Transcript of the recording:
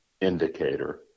indicator